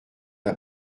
n’a